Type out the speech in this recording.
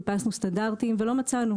חיפשנו סטנדרטים ולא מצאנו.